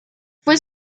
fue